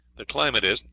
the climate is,